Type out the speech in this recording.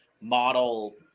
model